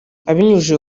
abinyujije